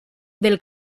del